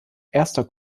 erster